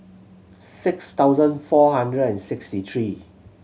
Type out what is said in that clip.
six thousand four hundred and sixty three